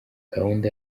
gahunda